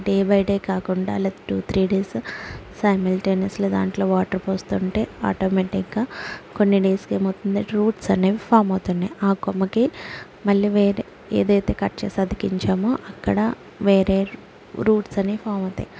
day by day కాకుండా అలా two three days simultaneously దాంట్లో వాటర్ పోస్తుంటే ఆటోమేటిగ్గా కొన్ని డేస్కి ఏమవుతుంది రూట్స్ అనేవి ఫామ్ అవుతున్నాయి ఆ కొమ్మకి మళ్ళీ వేరే ఏదైతే కట్ చేసి అతికించామో అక్కడ వేరే రూట్స్ అనేవి ఫామ్ అవుతాయి